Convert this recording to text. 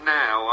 now